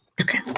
Okay